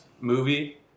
movie